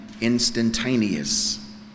instantaneous